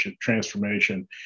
transformation